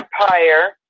Empire